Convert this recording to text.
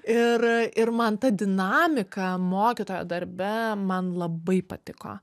ir ir man ta dinamika mokytojo darbe man labai patiko